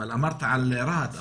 דיברת על רהט,